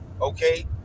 Okay